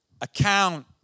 account